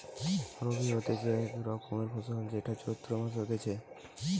রবি হতিছে এক রকমের ফসল যেইটা চৈত্র মাসে হতিছে